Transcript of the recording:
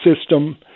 system